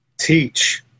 Teach